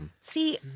See